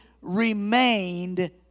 remained